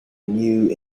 new